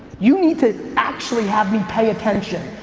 you need to actually have me pay attention.